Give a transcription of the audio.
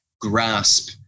grasp